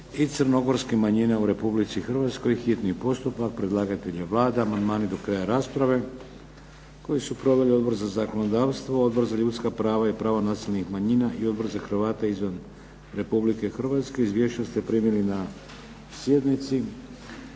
i crnogorske manjine u Republici Hrvatskoj, hitni postupak, prvo i drugo čitanje, P.Z. br. 427 Predlagatelj je Vlada. Amandmani do kraja rasprave. Koji su proveli Odbor za zakonodavstvo, Odbor za ljudska prava i prava nacionalnih manjina, i Odbor za Hrvate izvan Republike Hrvatske. Izvješća ste primili na sjednici.